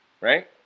right